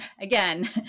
again